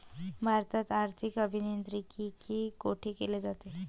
भारतात आर्थिक अभियांत्रिकी कोठे केले जाते?